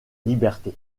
liberté